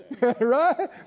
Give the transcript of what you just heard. Right